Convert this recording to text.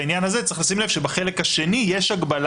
בעניין הזה צריך לשים לב שבחלק השני יש הגבלה